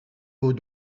vaut